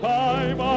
time